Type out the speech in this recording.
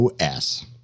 OS